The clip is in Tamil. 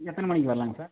எத்தனை மணிக்கு வரலாங்க சார்